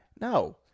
No